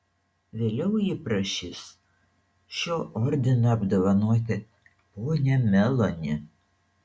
vėliau ji prašys šiuo ordinu apdovanoti ponią meloni